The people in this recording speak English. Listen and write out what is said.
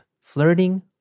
flirting